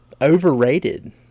overrated